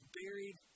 buried